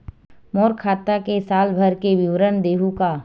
मोर खाता के साल भर के विवरण देहू का?